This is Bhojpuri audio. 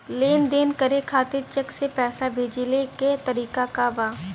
लेन देन करे खातिर चेंक से पैसा भेजेले क तरीकाका बा?